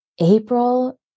April